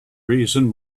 reason